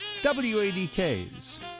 WADK's